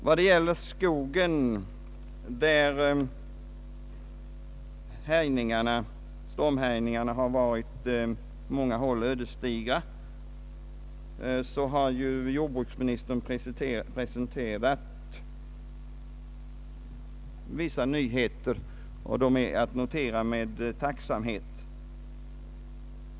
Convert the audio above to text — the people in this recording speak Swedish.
I fråga om skogen, där stormhärjningarna på många håll varit ödesdigra, har jordbruksministern presenterat vissa nyheter, och de är att notera med tacksamhet.